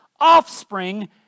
offspring